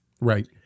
Right